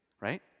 right